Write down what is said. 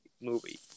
movie